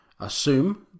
Assume